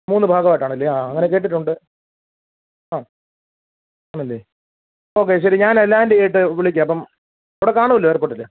മൂന്ന് ഭാഗം ആയിട്ടാണല്ലേ ആ അങ്ങനെ കേട്ടിട്ടുണ്ട് ആ ആണല്ലേ ഓക്കെ ശരി ഞാൻ ലാൻഡ് ചെയ്തിട്ട് വിളിക്കാം അപ്പം അവിടെ കാണുമല്ലോ എയർപോർട്ടിൽ